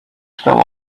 still